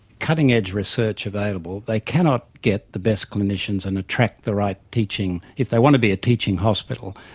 cutting-edge research available, they cannot get the best clinicians and attract the right teaching. if they want to be a teaching hospital,